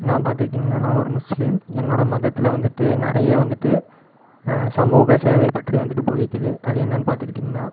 நான் பார்த்துக்கிட்டீங்கன்னா நான் ஒரு முஸ்லீம் என்னோடய மதத்தில் வந்துவிட்டு நிறைய வந்துவிட்டு சமூக சேவைப் பற்றி வந்துவிட்டு போதிக்குது அது என்னென்னு பார்த்துக்கிட்டீங்கன்னா